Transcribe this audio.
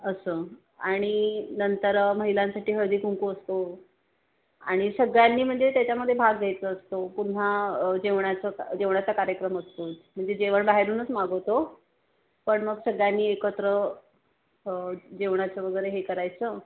असं आणि नंतर महिलांसाठी हळदीकुंकू असतो आणि सगळ्यांनी म्हणजे त्याच्यामध्ये भाग घ्यायचं असतो पुन्हा जेवणाचं जेवणाचा कार्यक्रम असतोच म्हणजे जेवण बाहेरूनच मागवतो पण मग सगळ्यांनी एकत्र जेवणाचं वगैरे हे करायचं